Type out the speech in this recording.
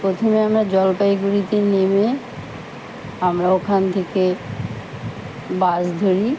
প্রথমে আমরা জলপাইগুড়িতে নেমে আমরা ওখান থেকে বাস ধরি